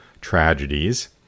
tragedies